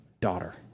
daughter